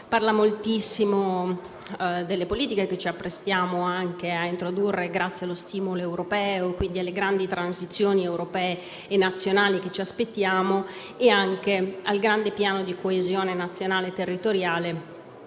parla moltissimo delle politiche che ci apprestiamo a introdurre grazie allo stimolo europeo, quindi alle grandi transizioni europee e nazionali che ci aspettiamo, e anche al grande piano di coesione nazionale e territoriale